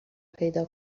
پیدا